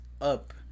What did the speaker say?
up